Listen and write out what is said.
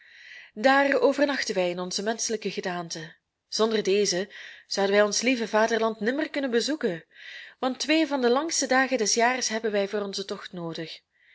daar overnachten wij in onze menschelijke gedaante zonder deze zouden wij ons lieve vaderland nimmer kunnen bezoeken want twee van de langste dagen des jaars hebben wij voor onzen tocht noodig